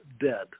dead